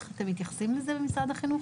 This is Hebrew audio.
איך אתם מתייחסים לזה במשרד החינוך?